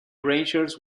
rangers